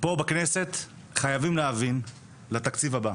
בכנסת חייבים להבין לתקציב הבא,